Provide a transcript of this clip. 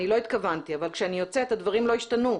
אני לא התכוונתי אבל כשאני יוצאת הדברים לא השתנו.